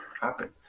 happen